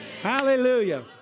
Hallelujah